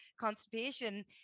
constipation